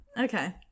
Okay